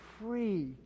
free